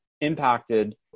impacted